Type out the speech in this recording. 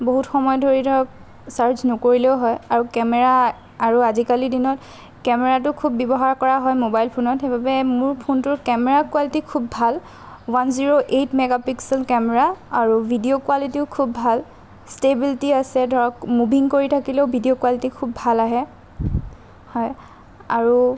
বহুত সময় ধৰি ধৰক চাৰ্জ নকৰিলেও হয় আৰু কেমেৰা আৰু আজিকালি দিনত কেমেৰাটো খুব ব্যৱহাৰ কৰা হয় ম'বাইল ফোনত সেইবাবে মোৰ ফোনটোৰ কেমেৰা কোৱালিটি খুব ভাল one zero eight megapixel camera আৰু ভিডিঅ' কোৱালিটিও খুব ভাল ষ্টেবিলিটি আছে ধৰক মুভিং কৰি থাকিলেও ভিডিঅ' কোৱালিটি খুব ভাল আহে হয় আৰু